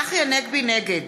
נגד